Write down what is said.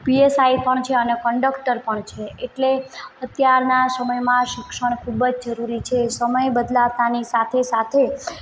P S I પણ છે અને કંડક્ટર પણ છે એટલે અત્યારના સમયમાં શિક્ષણ ખૂબ જ જરૂરી છે સમય બદલાતાની સાથે સાથે